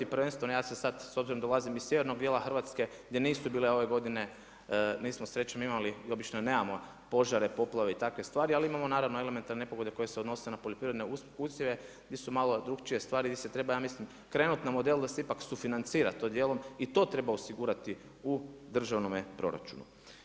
Prvenstveno ja se sada, s obzirom da dolazim iz sjevernog djela Hrvatske gdje nisu bile ove godine, nismo srećom imali i obično nemamo požare, poplave i takve stvari ali imamo naravno elementarne nepogode koje se odnose na poljoprivredne usjeve gdje su malo drukčije stvari gdje se treba ja mislim trenutno model da se ipak sufinancira to dijelom i to treba osigurati u državnome proračunu.